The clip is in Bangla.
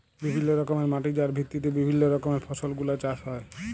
বিভিল্য রকমের মাটি যার ভিত্তিতে বিভিল্য রকমের ফসল গুলা চাষ হ্যয়ে